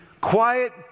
quiet